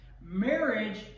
Marriage